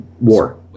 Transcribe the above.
War